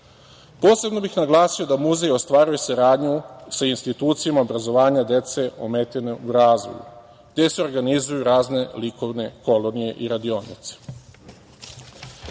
Srbiji. Posebno bih naglasio da Muzej ostvaruje saradnju sa institucijama obrazovanja dece ometene u razvoju, gde se organizuju razne likovne kolonije i radionice.